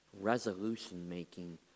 resolution-making